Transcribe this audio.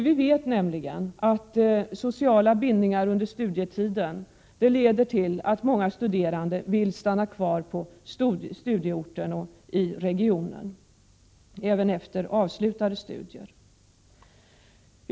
Vi vet nämligen att sociala bindningar under studietiden leder till att många studerande vill stanna kvar på studieorten eller i regionen även efter avslutade studier.